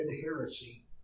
heresy